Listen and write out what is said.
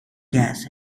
gas